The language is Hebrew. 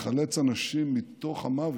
לחלץ אנשים מתוך המוות,